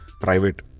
private